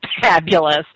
fabulous